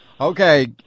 Okay